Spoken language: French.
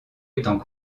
étant